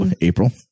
April